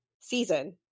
season